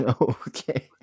Okay